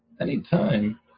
Anytime